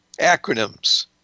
acronyms